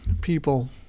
people